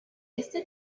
este